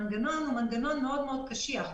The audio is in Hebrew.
המנגנון הוא מנגנון מאוד מאוד קשיח.